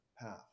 path